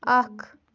اکھ